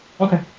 okay